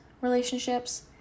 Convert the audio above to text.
relationships